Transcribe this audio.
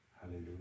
hallelujah